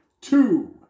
two